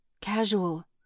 casual